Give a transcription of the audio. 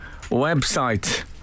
website